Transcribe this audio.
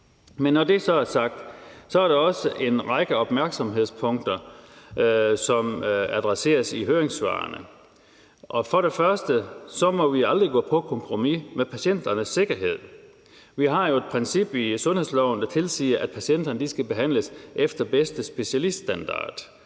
ting. Når det så er sagt, vil jeg sige, at der også er en række opmærksomhedspunkter, som adresseres i høringssvarene. For det første må vi aldrig gå på kompromis med patienternes sikkerhed. Vi har jo et princip i sundhedsloven, der tilsiger, at patienterne skal behandles efter bedste specialiststandard.